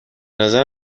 نظرم